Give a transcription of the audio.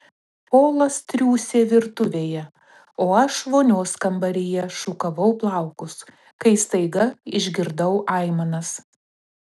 polas triūsė virtuvėje o aš vonios kambaryje šukavau plaukus kai staiga išgirdau aimanas